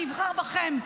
אני אבחר בכם.